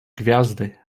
gwiazdy